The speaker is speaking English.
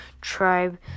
tribe